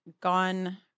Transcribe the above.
gone